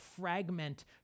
fragment